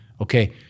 Okay